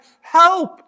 help